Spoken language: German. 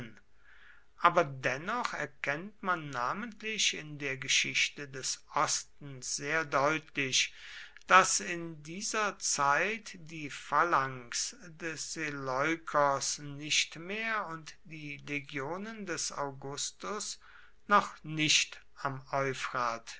aber dennoch erkennt man namentlich in der geschichte des ostens sehr deutlich daß in dieser zeit die phalanx des seleukos nicht mehr und die legionen des augustus noch nicht am